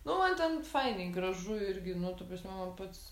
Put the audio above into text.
nu man ten fainai gražu irgi nu ta prasme man pats